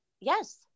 Yes